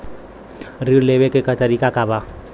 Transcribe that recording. ऋण लेवे के तरीका का बा?